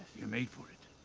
you're made for it.